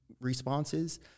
responses